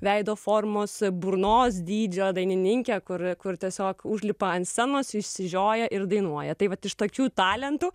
veido formos burnos dydžio dainininkė kur kur tiesiog užlipa ant scenos išsižioja ir dainuoja tai vat iš tokių talentų